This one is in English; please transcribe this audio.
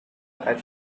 had